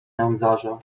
nędzarza